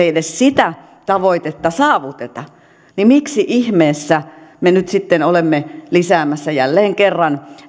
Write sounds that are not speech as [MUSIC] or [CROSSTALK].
[UNINTELLIGIBLE] ei edes sitä tavoitetta saavuteta niin miksi ihmeessä me nyt sitten olemme lisäämässä jälleen kerran